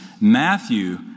Matthew